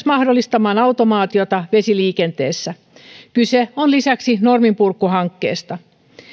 mahdollistamaan automaatiota vesiliikenteessä kyse on lisäksi norminpurkuhankkeesta